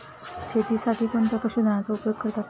शेतीसाठी कोणत्या पशुधनाचा उपयोग करतात?